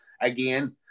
again